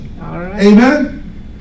Amen